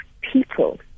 people